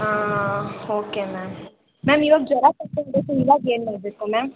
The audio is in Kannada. ಹೋಕೆ ಮ್ಯಾಮ್ ನಾನು ಇವಾಗ ಜ್ವರ ಇವಾಗ ಏನು ಮಾಡಬೇಕು ಮ್ಯಾಮ್